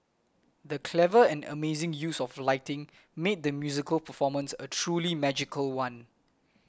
the clever and amazing use of lighting made the musical performance a truly magical one